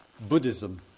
Buddhism